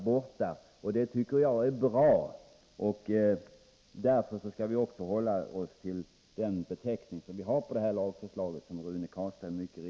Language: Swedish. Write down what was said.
Därför skall vi, som även Rune Carlstein påpekade, också hålla oss till den beteckning det här lagförslaget har.